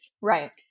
Right